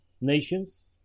nations